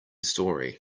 story